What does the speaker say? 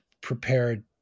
prepared